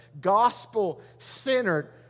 gospel-centered